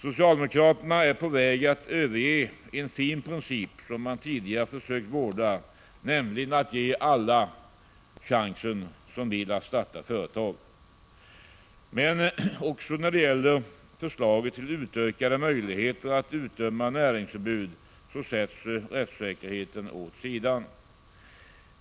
Socialdemokraterna är på väg att överge en fin princip, som de tidigare försökt vårda, nämligen att ge alla som vill starta företag chansen till detta. Men också när det gäller förslaget till utökade möjligheter att utdöma näringsförbud sätts rättssäkerheten åt sidan.